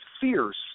fierce